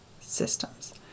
systems